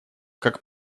как